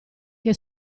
che